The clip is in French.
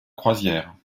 croisière